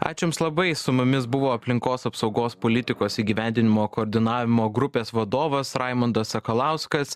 ačiū jums labai su mumis buvo aplinkos apsaugos politikos įgyvendinimo koordinavimo grupės vadovas raimundas sakalauskas